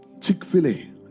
Chick-fil-A